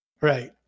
Right